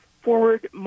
forward